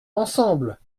ensemble